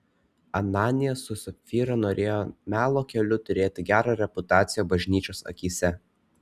ananijas su sapfyra norėjo melo keliu turėti gerą reputaciją bažnyčios akyse